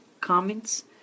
comments